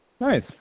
nice